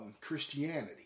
Christianity